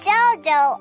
Jojo